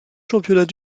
championnats